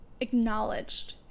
acknowledged